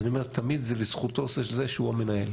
אז אני אומר, תמיד זה לזכותו של זה שהוא המנהל.